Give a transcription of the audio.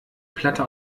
platte